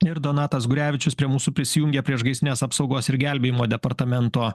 ir donatas gurevičius prie mūsų prisijungia priešgaisrinės apsaugos ir gelbėjimo departamento